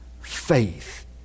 faith